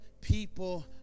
people